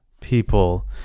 people